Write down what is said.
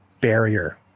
barrier